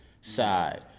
side